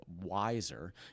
wiser